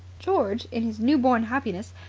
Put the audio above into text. george, in his new-born happiness,